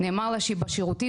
נאמר לה שהיא בשירותים.